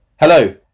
Hello